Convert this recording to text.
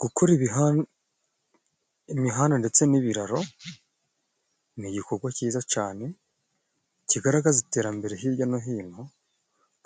Gukora imihanda ndetse n'ibiraro, ni igikogwa ciza cane kigaragaza iterambere hirya no hino